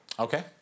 Okay